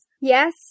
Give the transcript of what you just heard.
yes